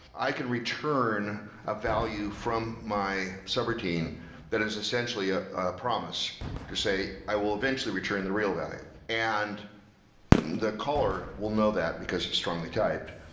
i can return a value from my subroutine that is essentially ah a promise to say, i will eventually return the real value. and the caller will know that, because it's strongly typed,